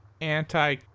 anti